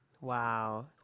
wow